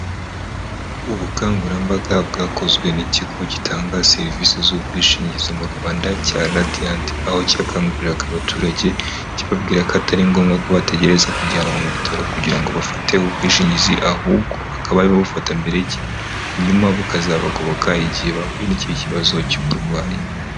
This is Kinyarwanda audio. Ubukangurambaga bwakozwe n'ikigo gitanga serivisi z'ubwishingizi mu Rwanda cya Radiyanti. Aho cyakanguriraga abaturage, kibabwira ko atari ngombwa ko bategereza kujyanwa mu bitaro kugira ngo bafate ubwishingizi ahubwo bakabaye babufata mbere hanyuma bukazabagoboka igihe bahuye n'iki kibazo cy'uburwayi.